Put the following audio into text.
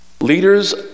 Leaders